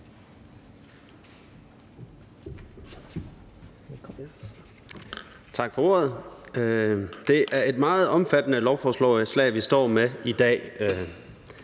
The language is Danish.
Tak for ordet. Det er et meget omfattende lovforslag, vi står med i dag.